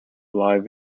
live